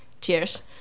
cheers